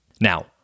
Now